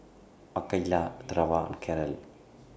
Makaila Treva and Carol